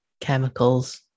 chemicals